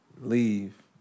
leave